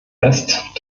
fest